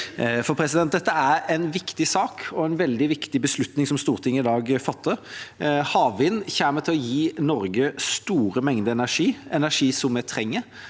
til mål. Dette er en viktig sak, og det er en veldig viktig beslutning som Stortinget i dag fatter. Havvind kommer til å gi Norge store mengder energi, energi som vi trenger,